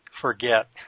forget